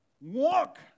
walk